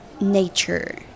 nature